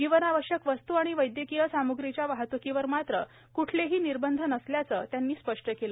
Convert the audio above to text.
जीवनावश्यक वस्तू आणि वैद्यकीय सामग्रीच्या वाहत्कीवर मात्र क्ठलेही निर्बंध नसल्याचं त्यांनी स्पष्ट केलं